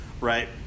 right